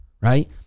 Right